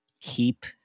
keep